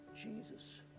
Jesus